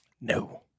No